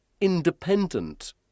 independent